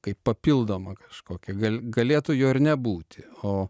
kaip papildomą kažkokį gal galėtų juo ir nebūti o